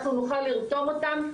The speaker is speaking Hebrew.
אנחנו נוכל לרתום אותם,